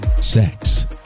sex